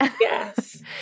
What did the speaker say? Yes